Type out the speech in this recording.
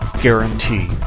guarantee